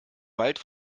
wald